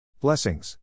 Blessings